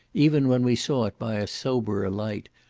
even when we saw it by a soberer light,